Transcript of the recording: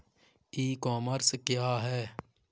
ई commerce क्या है?